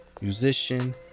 musician